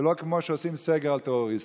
ולא כמו שעושים סגר על טרוריסטים.